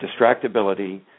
distractibility